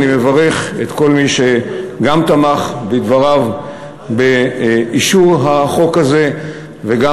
אני מברך את כל מי שגם תמך בדבריו באישור החוק הזה וגם